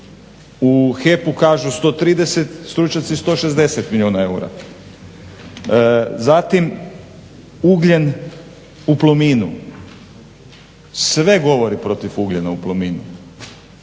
U HEP-u kažu 130, stručnjaci 160 milijuna eura. Zatim ugljen u Plominu. Sve govori protiv ugljena u Plominu.